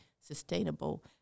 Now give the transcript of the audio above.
sustainable